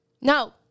No